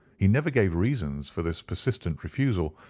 he never gave reasons for this persistent refusal,